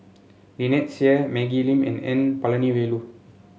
Lynnette Seah Maggie Lim and N Palanivelu